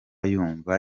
yumva